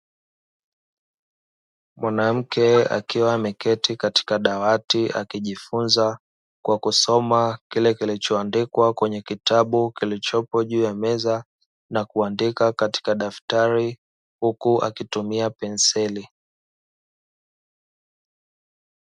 Mwanamke akiwa ameketi katika dawati akijifunza kwa kusoma kile kilichoandikwa kwenye kitabu kilichopo juu ya meza na kuandika katika daftari huku akitumia penseli.